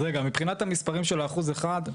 אז רגע, מבחינת המספרים של האחוז אחד.